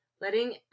letting